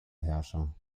herrscher